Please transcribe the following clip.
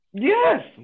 Yes